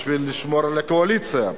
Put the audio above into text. בשביל לשמור על הקואליציה.